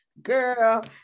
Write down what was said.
girl